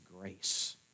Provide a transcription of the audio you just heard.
grace